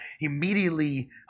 immediately